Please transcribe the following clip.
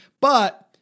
but-